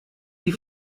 die